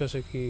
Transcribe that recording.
जस्तै कि